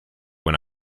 when